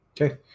Okay